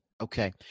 Okay